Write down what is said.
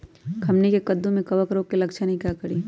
हमनी के कददु में कवक रोग के लक्षण हई का करी?